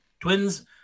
Twins